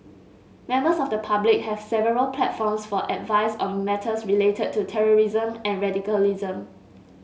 members of the public have several platforms for advice on matters related to terrorism and radicalism